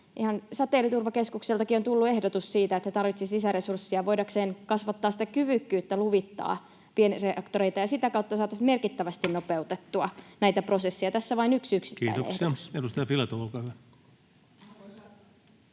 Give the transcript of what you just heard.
Säteilyturvakeskukseltakin on tullut ehdotus siitä, että se tarvitsisi lisäresurssia voidakseen kasvattaa sitä kyvykkyyttä luvittaa pienreaktoreita, ja sitä kautta saataisiin merkittävästi nopeutettua näitä prosesseja. Tässä vain yksi yksittäinen ehdotus. [Speech